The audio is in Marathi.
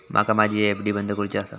माका माझी एफ.डी बंद करुची आसा